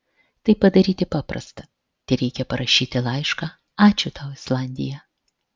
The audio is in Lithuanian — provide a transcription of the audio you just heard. tai padaryti paprasta tereikia parašyti laišką ačiū tau islandija